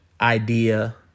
idea